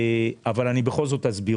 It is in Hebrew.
אבל אני בכל זאת אסביר.